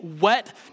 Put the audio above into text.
wet